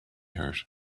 hurt